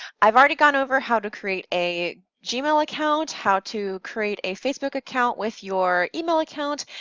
i've already gone over how to create a gmail account, how to create a facebook account with your email account,